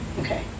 Okay